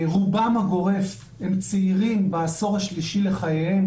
רובם הגורם הם צעירים בעשור השלישי לחייהם.